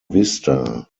vista